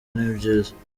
n’ibyiza